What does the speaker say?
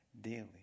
daily